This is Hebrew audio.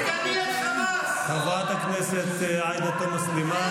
אני רוצה לראות שיחזירו את החטופים.